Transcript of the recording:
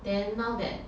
then now that